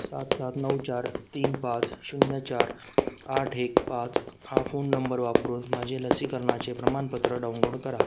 सात सात नऊ चार तीन पाच शून्य चार आठ एक पाच हा फोन नंबर वापरून माझे लसीकरणाचे प्रमाणपत्र डाउनलोड करा